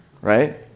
right